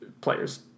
players